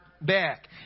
back